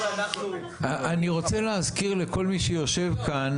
אני רוצה להזכיר לכל מי שיושב כאן